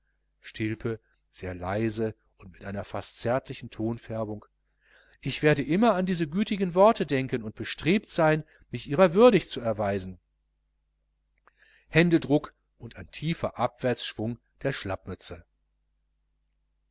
sehr leise und mit einer fast zärtlichen tonfärbung ich werde immer an diese gütigen worte denken und bestrebt sein mich ihrer würdig zu erweisen händedruck und ein tiefer abwärtsschwung der